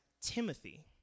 Timothy